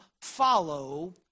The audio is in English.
Follow